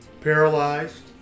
Paralyzed